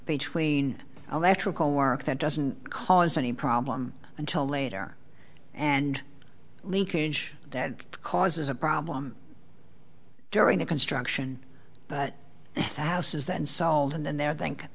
they tween electrical work that doesn't cause any problem until later and leakage that causes a problem during the construction but the